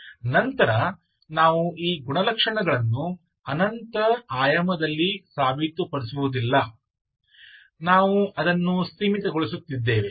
ನಂತರ ನಾವು ಈ ಗುಣಲಕ್ಷಣಗಳನ್ನು ಅನಂತ ಆಯಾಮದಲ್ಲಿ ಸಾಬೀತುಪಡಿಸುವುದಿಲ್ಲ ನಾವು ಅದನ್ನು ಸೀಮಿತಗೊಳಿಸುತ್ತೇವೆ